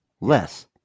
Less